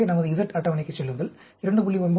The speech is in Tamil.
எனவே நமது Z அட்டவணைக்குச் செல்லுங்கள் 2